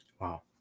Wow